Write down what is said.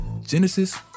Genesis